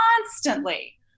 constantly